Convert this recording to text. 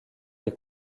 des